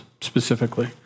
specifically